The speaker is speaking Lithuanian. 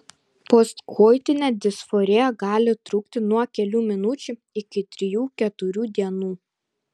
postkoitinė disforija gali trukti nuo kelių minučių iki trijų keturių dienų